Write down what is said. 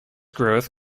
growth